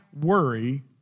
worry